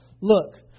Look